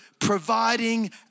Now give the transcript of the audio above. providing